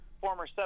former